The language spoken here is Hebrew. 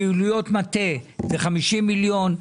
פעילויות מטה זה 50 מיליון,